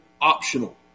optional